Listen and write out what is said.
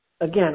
Again